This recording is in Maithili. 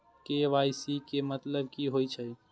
के.वाई.सी के मतलब कि होई छै?